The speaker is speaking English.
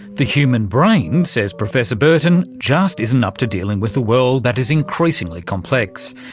the human brain, says professor burton, just isn't up to dealing with a world that is increasingly complex.